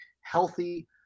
healthy